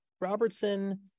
Robertson